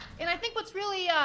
and i think what's really